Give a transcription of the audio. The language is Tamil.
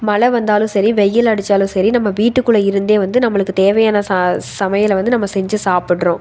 மழை வந்தாலும் சரி வெயில் அடித்தாலும் சரி நம்ம வீட்டுக்குள்ளே இருந்தே வந்து நம்மளுக்குத் தேவையான ச சமையலை வந்து நம்ம செஞ்சு சாப்பிட்றோம்